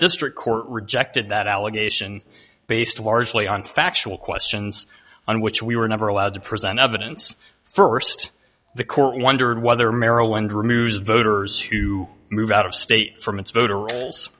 district court rejected that allegation based largely on factual questions on which we were never allowed to present evidence st the court wondered whether maryland removes voters who move out of state from its voter